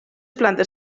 plantes